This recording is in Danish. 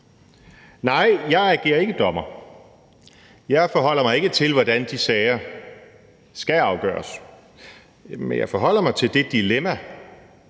Nej, jeg agerer ikke dommer. Jeg forholder mig ikke til, hvordan de sager skal afgøres, men jeg forholder mig til det dilemma,